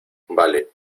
vale